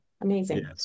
Amazing